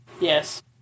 Yes